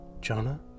Jonah